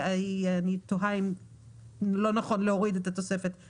אני תוהה אם לא נכון להוריד את המילים האלה.